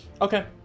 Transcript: okay